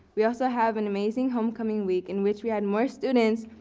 we also have an amazing homecoming week in which we had more students,